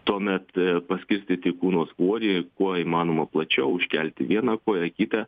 tuomet paskirstyti kūno svorį kuo įmanoma plačiau užkelti vieną koją kitą